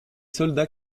soldats